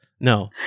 No